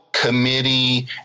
committee